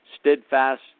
Steadfast